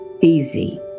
easy